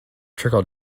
trickle